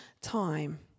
time